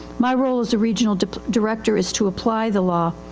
my role as a regional director is to apply the law.